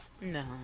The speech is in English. No